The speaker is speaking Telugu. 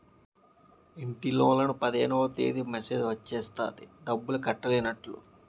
ఇంటిలోన్లకు పదిహేనవ తేదీ మెసేజ్ వచ్చేస్తది డబ్బు కట్టైనట్టు